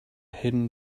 hidden